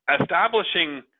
establishing